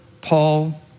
Paul